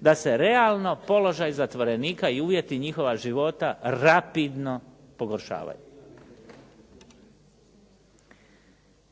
da se realno položaj zatvorenika i uvjeti njihova života rapidno pogoršavaju.